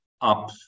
up